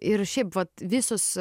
ir šiaip vat visos